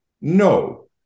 No